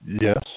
Yes